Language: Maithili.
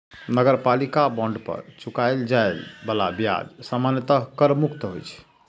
नगरपालिका बांड पर चुकाएल जाए बला ब्याज सामान्यतः कर मुक्त होइ छै